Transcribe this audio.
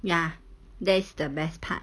ya that's the best part